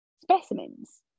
specimens